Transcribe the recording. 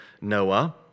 Noah